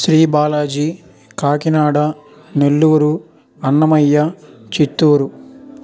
Sri Balaji Kakinada Nellore Annamayya Chittoor